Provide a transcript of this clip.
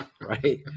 right